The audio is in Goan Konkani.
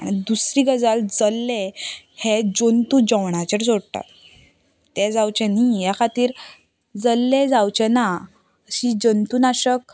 दुसरी गजाल जल्ले हे जंतू जेवणाचेर सोडटा ते जावचे नी ह्या खातीर जल्ले जावचे ना अशी जंतू नाशक